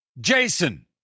Jason